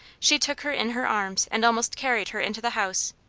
she took her in her arms and almost carried her into the house,